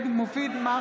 (קוראת בשמות חברי הכנסת) מופיד מרעי,